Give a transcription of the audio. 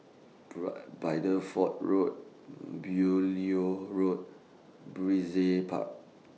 Bideford Road Beaulieu Road Brizay Park